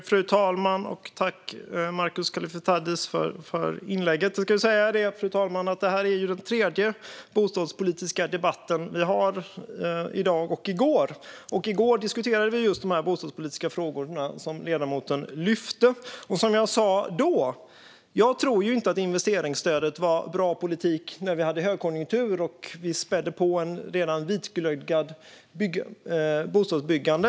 Fru talman! Tack, Markus Kallifatides, för inlägget! Fru talman! Detta är den tredje bostadspolitiska debatten på två dagar - vi hade två i går, och vi har en i dag. I går diskuterade vi just de bostadspolitiska frågor som ledamoten lyfter. Jag säger som jag sa då: Jag tror inte att investeringsstödet var bra politik när vi hade högkonjunktur och vi spädde på ett redan vitglödgat bostadsbyggande.